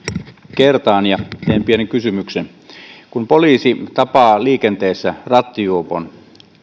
kertaan ja teen pienen kysymyksen kun poliisi tapaa liikenteessä rattijuopon